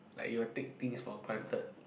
like you'll take things for granted